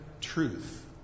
truth